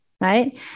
Right